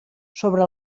sobre